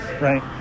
right